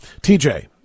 TJ